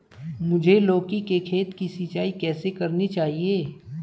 मुझे लौकी के खेत की सिंचाई कैसे करनी चाहिए?